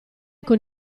con